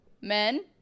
men